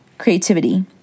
Creativity